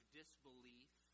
disbelief